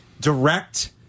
direct